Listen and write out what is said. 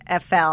FL